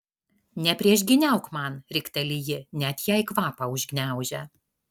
nepriešgyniauk man rikteli ji net jai kvapą užgniaužia